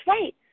right